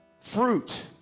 Fruit